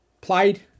played